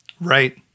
Right